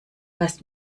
hast